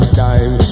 time